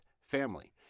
family